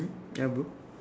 ya bro